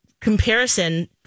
comparison